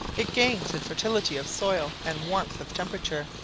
it gains in fertility of soil and warmth of temperature.